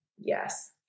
Yes